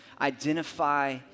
identify